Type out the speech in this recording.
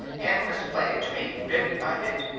and would explain it to me bit by bit.